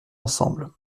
ensemble